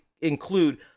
include